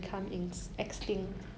that there will be